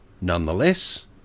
nonetheless